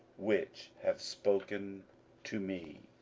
which have spoken to me,